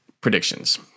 Predictions